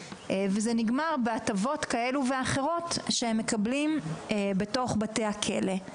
וזה נגמר בהטבות כאלה ואחרות שהם מקבלים בתוך בתי הכלא.